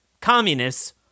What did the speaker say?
communists